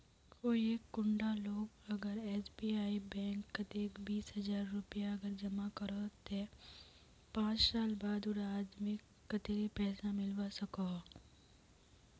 कोई एक कुंडा लोग अगर एस.बी.आई बैंक कतेक बीस हजार रुपया अगर जमा करो ते पाँच साल बाद उडा आदमीक कतेरी पैसा मिलवा सकोहो?